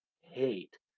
hate